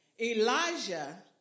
Elijah